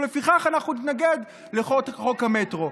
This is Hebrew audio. ולפיכך אנחנו נתנגד לחוק המטרו.